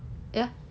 ya